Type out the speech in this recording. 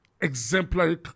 exemplary